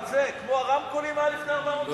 גם זה כמו הרמקולים היה לפני 1,400 שנה,